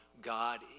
God